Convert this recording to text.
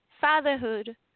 fatherhood